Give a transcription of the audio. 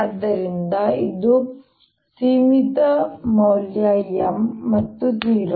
ಆದ್ದರಿಂದ ಇದು ಸೀಮಿತ ಮೌಲ್ಯ M ಮತ್ತು 0